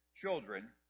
children